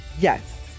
Yes